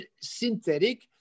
synthetic